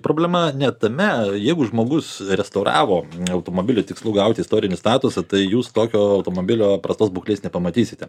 problema ne tame jeigu žmogus restauravo automobilį tikslu gauti istorinį statusą tai jūs tokio automobilio prastos būklės nepamatysite